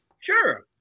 Sure